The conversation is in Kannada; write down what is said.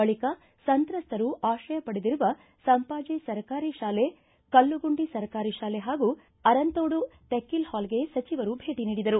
ಬಳಿಕ ಸಂತ್ರಸ್ತರು ಆಶ್ರಯ ಪಡೆದಿರುವ ಸಂಪಾಜೆ ಸರ್ಕಾರಿ ಶಾಲೆ ಕಲ್ಲುಗುಂಡಿ ಸರ್ಕಾರಿ ಶಾಲೆ ಹಾಗೂ ಅರಂತೋಡು ತ್ಕೇಲ್ ಹಾಲ್ಗೆ ಸಚಿವರು ಭೇಟ ನೀಡಿದರು